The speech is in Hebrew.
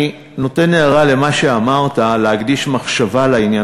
אני נותן הערה למה שאמרת, להקדיש מחשבה לעניין.